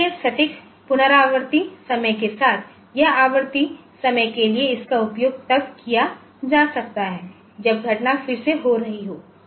इसलिए सटीक पुनरावर्ती समय के साथ यह आवर्ती समय के लिए इसका उपयोग तब किया जा सकता है जब घटना फिर से हो रही हो